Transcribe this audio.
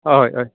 हय हय